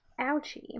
Ouchie